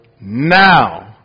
now